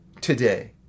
today